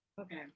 Okay